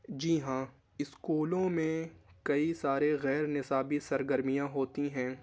جی ہاں اسکولوں میں کئی سارے غیر نصابی سرگرمیاں ہوتی ہیں